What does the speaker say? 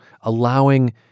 allowing